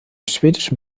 schwedischen